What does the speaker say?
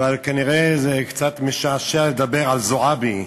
אבל כנראה זה קצת משעשע לדבר על זועבי.